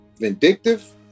vindictive